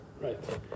right